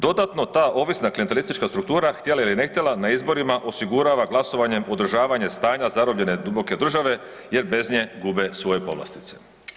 Dodatno ta ovisna klijantelistička struktura htjela ili ne htjela na izborima osigurava glasovanjem održavanje stanja zarobljene duboke države jer bez nje gube svoje povlastice.